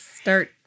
start